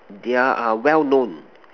they're are well known